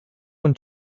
when